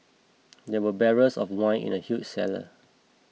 there were barrels of wine in the huge cellar